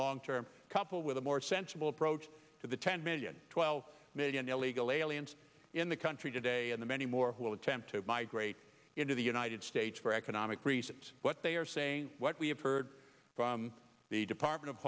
long term couple with a more sensible approach to the ten million twelve million illegal aliens in the country today and the many more who will attempt to migrate into the united states for economic reasons what they are saying what we have heard from the department of